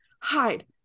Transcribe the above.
hide